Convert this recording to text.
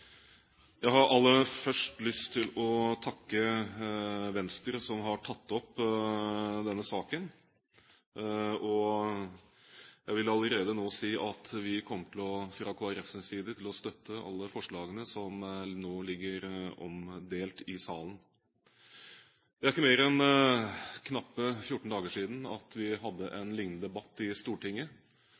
Jeg har aller først lyst til å takke Venstre som har tatt opp denne saken, og jeg vil allerede nå si at vi fra Kristelig Folkepartis side kommer til å støtte alle forslagene som nå ligger omdelt i salen. Det er ikke mer enn knappe 14 dager siden vi hadde en lignende debatt i Stortinget.